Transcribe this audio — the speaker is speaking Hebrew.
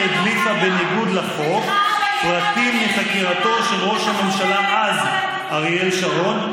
שהדליפה בניגוד לחוק פרטים מחקירתו של ראש הממשלה אז אריאל שרון,